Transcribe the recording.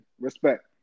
Respect